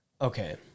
Okay